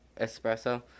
espresso